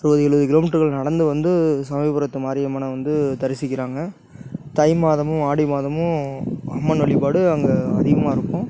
அறுபது எழுவது கிலோமீட்டர் நடந்து வந்து சமயபுரத்து மாரியம்மனை வந்து தரிசிக்கிறாங்க தை மாதமும் ஆடி மாதமும் அம்மன் வழிபாடு அங்கே அதிகமாயிருக்கும்